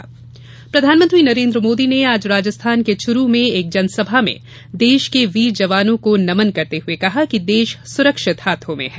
प्रधानमंत्री राजस्थान प्रधानमंत्री नरेन्द्र मोदी ने आज राजस्थान के चुरू में एक जनसभा में देश के वीर जवानों को नमन करते हये कहा कि देश सुरक्षित हाथों में है